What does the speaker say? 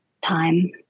time